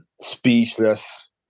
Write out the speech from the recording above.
speechless